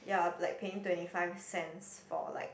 ya like paying twenty five cents for like